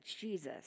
Jesus